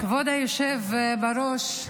כבוד היושב-ראש,